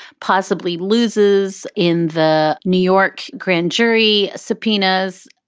possibly loses in the new york grand jury subpoenas.